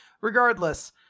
Regardless